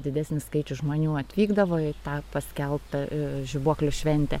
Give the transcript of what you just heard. didesnis skaičius žmonių atvykdavo į tą paskelbtą žibuoklių šventę